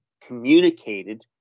communicated